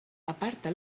aparta